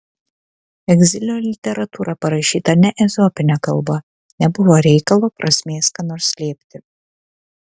egzilio literatūra parašyta ne ezopine kalba nebuvo reikalo prasmės ką nors slėpti